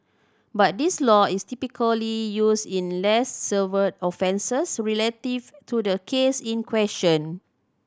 but this law is typically used in less severe offences relative to the case in question